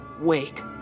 Wait